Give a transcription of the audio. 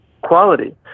quality